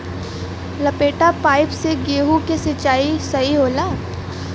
लपेटा पाइप से गेहूँ के सिचाई सही होला?